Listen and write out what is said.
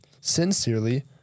sincerely